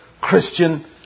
Christian